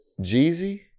Jeezy